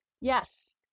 yes